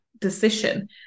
decision